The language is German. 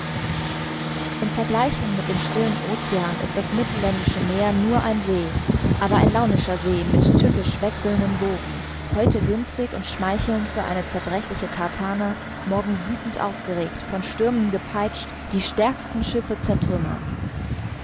in vergleichung mit dem stillen ocean ist das mittelländische meer nur ein see aber ein launischer see mit tückisch wechselnden wogen heute günstig und schmeichelnd für eine zerbrechliche tartane morgen wüthend aufgeregt von stürmen gepeitscht die stärksten schiffe